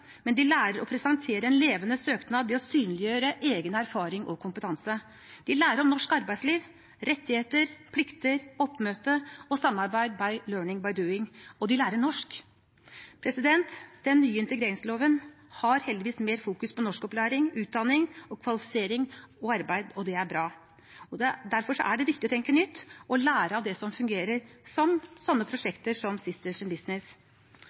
men de lærer å presentere en levende søknad ved å synliggjøre egen erfaring og kompetanse. De lærer om norsk arbeidsliv, rettigheter, plikter, oppmøte og samarbeid ved «learning by doing». Og de lærer norsk. Den nye integreringsloven har heldigvis mer fokus på norskopplæring, utdanning, kvalifisering og arbeid, og det er bra. Derfor er det viktig å tenke nytt og lære av det som fungerer, som sånne